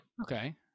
Okay